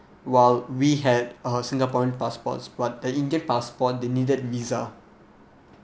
while we had uh singaporean passports but the indian passport they needed visa